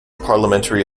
parliamentary